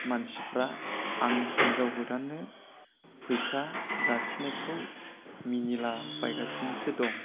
मानसिफ्रा आं हिनजाव गोदाननो फैसा जासिनायखौ मिनिला बायगासिनोसो दं